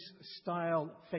style